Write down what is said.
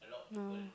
yeah